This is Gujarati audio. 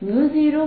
r2r2z232 છે